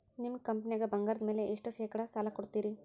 ನಿಮ್ಮ ಕಂಪನ್ಯಾಗ ಬಂಗಾರದ ಮ್ಯಾಲೆ ಎಷ್ಟ ಶೇಕಡಾ ಸಾಲ ಕೊಡ್ತಿರಿ?